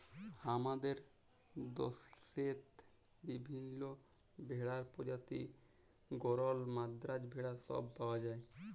হামাদের দশেত বিভিল্য ভেড়ার প্রজাতি গরল, মাদ্রাজ ভেড়া সব পাওয়া যায়